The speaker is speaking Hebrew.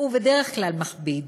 ובדרך כלל מכביד,